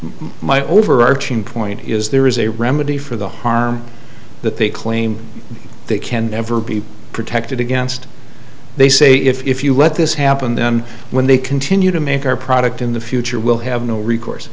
my overarching point is there is a remedy for the harm that they claim they can never be protected against they say if you let this happen then when they continue to make our product in the future we'll have no recourse